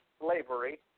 slavery